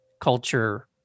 culture